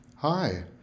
Hi